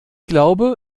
glaube